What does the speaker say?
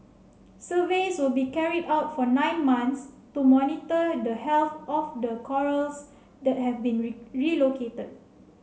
surveys will be carried out for nine months to monitor the health of the corals that have been relocated